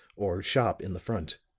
or shop in the front.